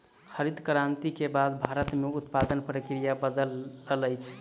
हरित क्रांति के बाद भारत में उत्पादन प्रक्रिया बदलल अछि